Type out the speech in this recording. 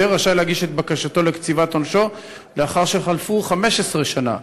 רשאי להגיש את בקשתו לקציבת עונשו לאחר שחלפו 15 שנה.